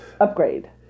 Upgrade